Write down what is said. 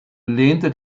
lehnte